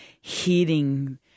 hitting